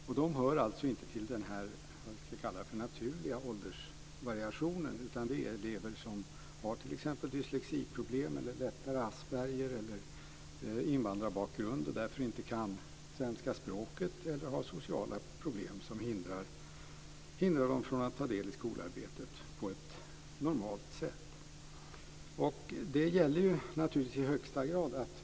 Det handlar alltså inte om den s.k. naturliga åldersvariationen, utan det här är elever som t.ex. har dyslexiproblem, en lättare form av Asperger, invandrarbakgrund - och därför inte kan svenska språket - eller sociala problem som hindrar dem från att ta del av skolarbetet på ett normalt sätt.